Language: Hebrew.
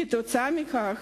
כתוצאה מכך